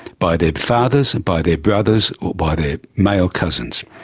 by their fathers, and by their brothers or by their male cousins.